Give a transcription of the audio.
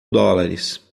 dólares